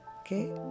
Okay